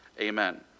Amen